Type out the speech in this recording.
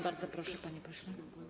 Bardzo proszę, panie pośle.